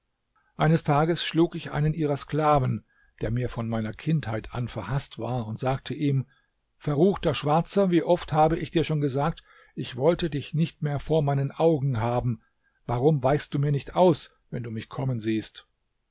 eines tages schlug ich einen ihrer sklaven der mir von meiner kindheit an verhaßt war und sagte ihm verruchter schwarzer wie oft habe ich dir schon gesagt ich wollte dich nicht mehr vor meinen augen haben warum weichst du mir nicht aus wenn du mich kommen siehst